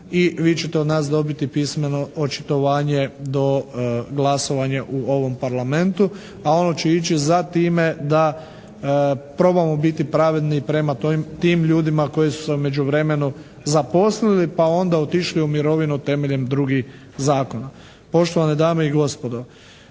I vi ćete od nas dobiti pismeno očitovanje do glasovanja u ovom Parlamentu. A ono će ići za time da probamo biti pravedni prema tim ljudima koji su se u međuvremenu zaposlili pa onda otišli u mirovinu temeljem drugih zakona. Poštovane dame i gospodo